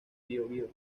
biobío